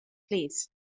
plîs